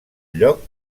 lloc